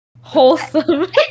Wholesome